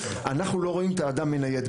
אנחנו לא רואים את האדם מנייד.